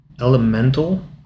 Elemental